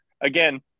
again